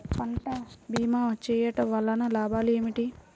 పంట భీమా చేయుటవల్ల లాభాలు ఏమిటి?